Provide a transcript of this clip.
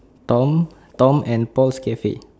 tom tom and paul cafe